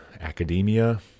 academia